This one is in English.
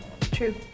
true